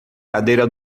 cadeira